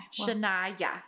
Shania